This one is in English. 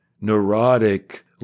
neurotic